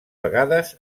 vegades